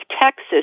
Texas